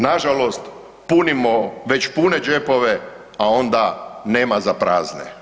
Nažalost, punimo već pune džepove, a onda nema za prazne.